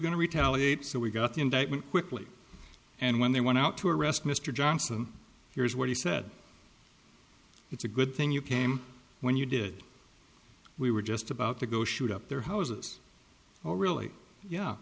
going to retaliate so we got the indictment quickly and when they went out to arrest mr johnson here's what he said it's a good thing you came when you did we were just about to go shoot up their houses oh really yeah